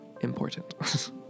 important